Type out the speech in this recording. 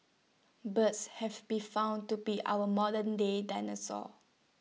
birds have been found to be our modernday dinosaurs